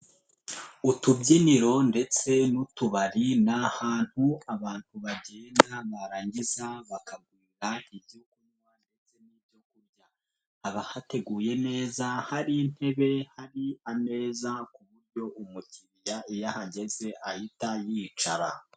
Utubyiniro ndetse n'utubari ni ahantu abantu bagenda barangiza bakagurira igihugu. Haba hateguye neza hari intebe, hari ameza ku buryo umukiriya iyo ahageze ahita yicara.